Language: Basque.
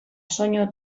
soinu